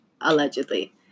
allegedly